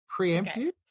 Preemptive